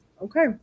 Okay